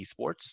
esports